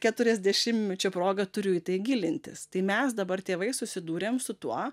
keturiasdešimtmečio proga turiu į tai gilintis tai mes dabar tėvai susidūrėm su tuo